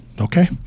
okay